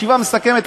ישיבה מסכמת.